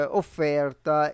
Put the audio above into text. offerta